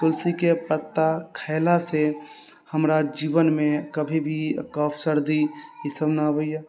तुलसीके पत्ता खयला से हमरा जीवनमे कभी भी कफ सर्दी ई सब नहि अबैया